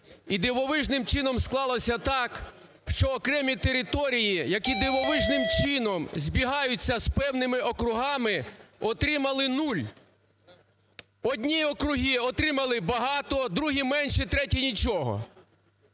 І дивовижним чином склалося так, що окремі території, які дивовижним чином збігаються з певними округами, отримали нуль! Одні округи отримали багато, другі – менше, треті – нічого.